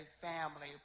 family